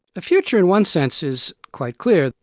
future in one sense is quite clear.